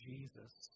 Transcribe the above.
Jesus